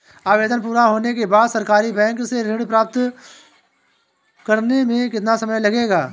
आवेदन पूरा होने के बाद सरकारी बैंक से ऋण राशि प्राप्त करने में कितना समय लगेगा?